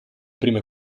prime